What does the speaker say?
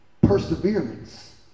perseverance